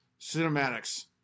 cinematics